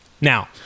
Now